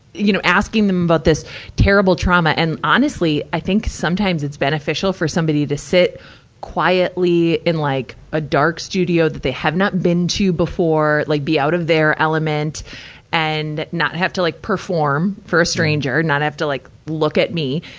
you know, asking them about this terrible trauma. and, honestly, i think sometimes it's beneficial for somebody to sit quietly in like a dark studio that they have not been to before. like be out of their element and not have to like perform for a stranger, not have to like look at me,